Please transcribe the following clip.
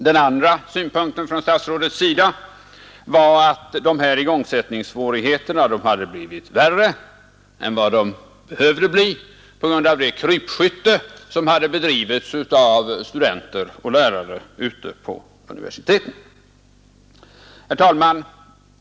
Den andra synpunkten var att igångsättningssvårigheterna hade blivit värre än vad de behövde bli på grund av det krypskytte som hade bedrivits av studenter och lärare ute på universiteten. Herr talman!